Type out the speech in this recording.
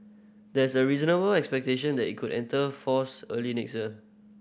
there's a reasonable expectation that it could enter force early next year